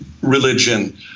religion